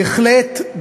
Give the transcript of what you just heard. בהחלט,